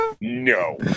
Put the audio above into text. no